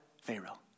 Pharaoh